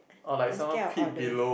I'm scared of all those